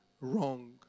wrong